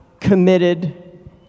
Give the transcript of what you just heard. committed